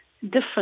different